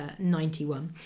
91